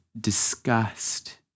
disgust